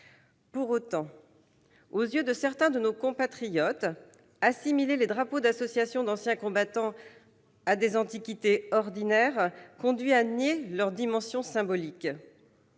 Pour autant, aux yeux de certains de nos compatriotes, assimiler les drapeaux d'associations d'anciens combattants à des antiquités ordinaires conduit à nier leur dimension symbolique.